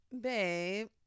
babe